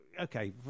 okay